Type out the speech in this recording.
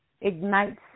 ignites